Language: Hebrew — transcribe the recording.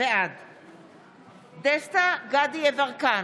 בעד דסטה גדי יברקן,